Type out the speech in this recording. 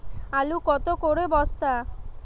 আলু কত করে বস্তা?